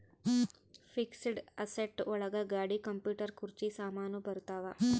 fixed asset ಒಳಗ ಗಾಡಿ computer ಕುರ್ಚಿ ಸಾಮಾನು ಬರತಾವ